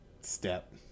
Step